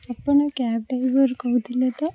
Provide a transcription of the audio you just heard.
ଆପଣ cab driver କହୁଥିଲେ ତ